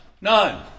none